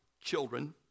children